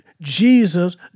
Jesus